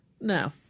No